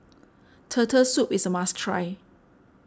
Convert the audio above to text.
Turtle Soup is a must try